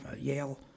Yale